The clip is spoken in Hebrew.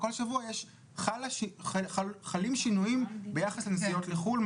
ובכל שבוע חלים שינויים ביחס לנסיעות לחו"ל.